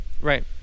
Right